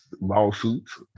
lawsuits